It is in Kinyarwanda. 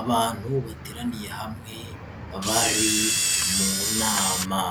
Abantu bateraniye hamwe bari mu nama,